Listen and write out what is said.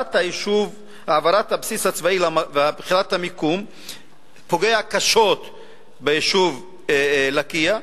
העברת הבסיס הצבאי ובחירת המקום פוגעות קשות ביישוב לקיה,